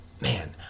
man